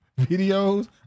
videos